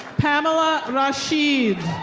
pamela rasheed.